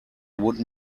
would